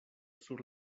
sur